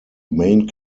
main